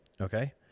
Okay